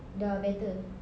dah better